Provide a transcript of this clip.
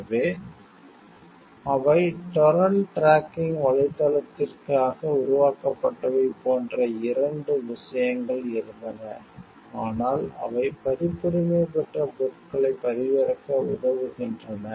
எனவே அவை torrent tracking வலைத்தளத்திற்காக உருவாக்கப்பட்டவை போன்ற இரண்டு விஷயங்கள் இருந்தன ஆனால் அவை பதிப்புரிமை பெற்ற பொருட்களைப் பதிவிறக்க உதவுகின்றன